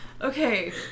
Okay